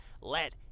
let